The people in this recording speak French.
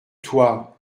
toi